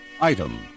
Item